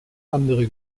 andere